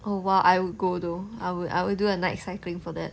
oh !wow! I would go though I would I will do a night cycling for that